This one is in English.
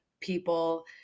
people